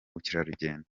bukerarugendo